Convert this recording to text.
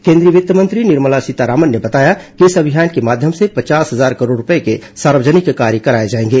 केन्द्रीय वित्त मंत्री निर्मला सीतारामन ने बताया कि इस अभियान के माध्यम से पचास हजार करोड़ रुपये के सार्वजनिक कार्य कराए जाएंगे